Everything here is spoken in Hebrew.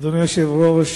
אדוני היושב-ראש,